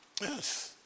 Yes